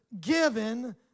given